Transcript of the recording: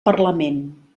parlament